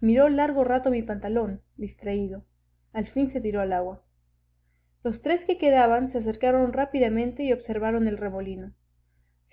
mí miró largo rato mi pantalón distraído al fin se tiró al agua los tres que quedaban se acercaron rápidamente y observaron el remolino